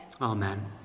Amen